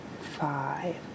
five